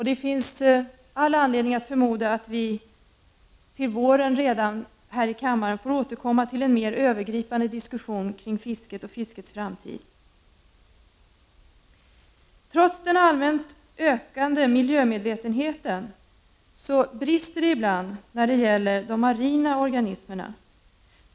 Det finns all anledning att förmoda att vi redan till våren här i kammaren får återkomma till en mer övergripande diskussion kring fisket och fiskets framtid. Trots den allmänt ökande miljömedvetenheten brister det ibland när det gäller de marina organismerna.